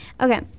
okay